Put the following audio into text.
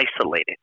isolated